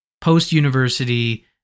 post-university